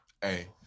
Hey